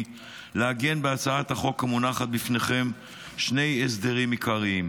לעגן בהצעת החוק המונחת בפניכם שני הסדרים עיקריים: